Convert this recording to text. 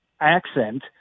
accent